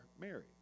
married